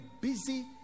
busy